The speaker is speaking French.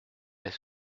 est